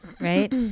Right